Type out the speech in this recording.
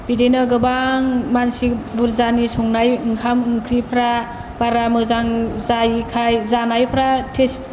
बिदिनो गोबां मानसि बुरजानि संनाय ओंखाम ओंख्रिफ्रा बारा मोजां जायैखाय जानायफ्रा टेस